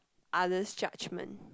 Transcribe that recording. others judgement